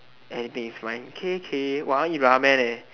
anything is fine k k !wah! I want to eat ramen eh